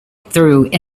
through